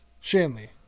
Shanley